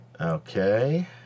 okay